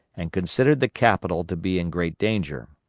and considered the capital to be in great danger.